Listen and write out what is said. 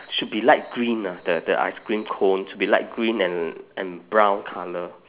should be light green ah the the ice cream cone should be light green and and brown colour